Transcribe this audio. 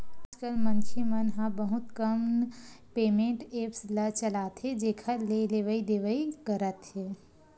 आजकल मनखे मन ह बहुत कन पेमेंट ऐप्स ल चलाथे जेखर ले लेवइ देवइ करत हे